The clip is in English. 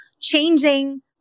changing